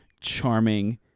charming